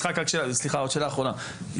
נניח בדיקת תיק אחד,